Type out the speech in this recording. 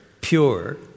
pure